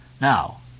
Now